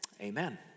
Amen